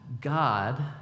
God